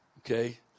Okay